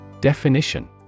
Definition